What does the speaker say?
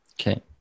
Okay